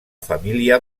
família